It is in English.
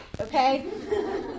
okay